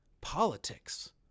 politics